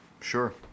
Sure